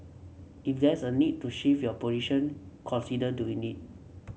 if there's a need to shift your position consider doing it